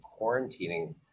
quarantining